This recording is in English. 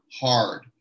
hard